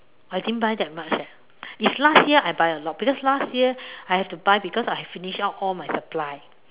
I didn't buy that much eh if last year I buy a lot because last year I have to buy because I have finished up all my supply